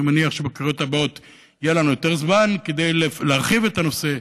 אני מניח שבקריאות הבאות יהיה לנו יותר זמן להרחיב את הנושא.